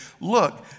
look